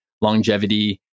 longevity